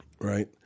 right